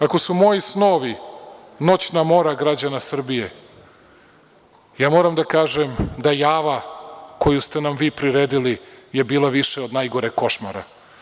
Ako su moji snovi noćna mora građana Srbije, ja moram da kažem da java koju ste nam vi priredili je bila više od najgoreg košmara.